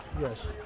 yes